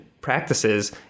practices